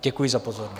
Děkuji za pozornost.